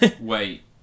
Wait